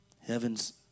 Heaven's